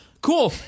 cool